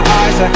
eyes